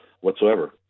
whatsoever